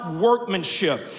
workmanship